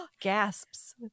gasps